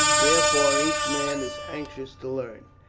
therefore, each man is anxious to learn.